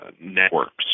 networks